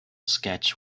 sketch